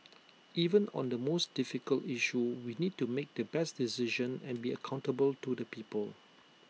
even on the most difficult issue we need to make the best decision and be accountable to the people